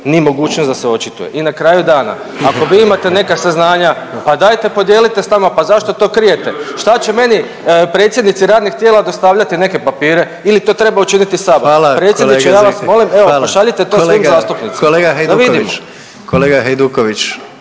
ni mogućnost da se očituje. I na kraju dana, ako vi imate neka saznanja pa daje podijelite s nama, pa zašto to krijete. Šta će meni predsjednici radnih tijela dostavljati neke papire ili to treba učiniti sabor? …/Upadica: Hvala kolega./… Predsjedniče ja vas molim …/Upadica: Hvala./… evo pošaljite to svim zastupnicima …/Upadica: Kolega Hajduković./… da vidimo. **Jandroković,